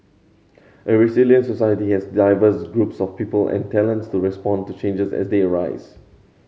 a resilient society has diverse groups of people and talents to respond to changes as they arise